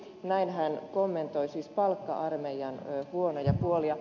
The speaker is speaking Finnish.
näin hän kommentoi siis palkka armeijan huonoja puolia